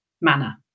manner